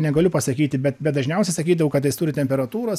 negaliu pasakyti bet bet dažniausiai sakydavo kad jis turi temperatūros